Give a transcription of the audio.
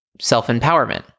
self-empowerment